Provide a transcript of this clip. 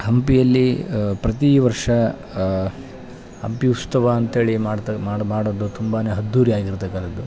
ಹಂಪಿಯಲ್ಲಿ ಪ್ರತಿ ವರ್ಷ ಹಂಪಿ ಉತ್ಸವ ಅಂತ್ಹೇಳಿ ಮಾಡ್ತದು ಮಾಡ್ ಮಾಡದ್ದು ತುಂಬಾ ಅದ್ದೂರಿಯಾಗಿ ಇರ್ತಕ್ಕಂಥದ್ದು